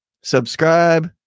Subscribe